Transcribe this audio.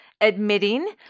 admitting